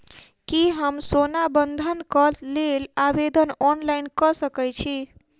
की हम सोना बंधन कऽ लेल आवेदन ऑनलाइन कऽ सकै छी?